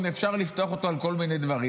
אפשר לפתוח אותו על כל מיני דברים,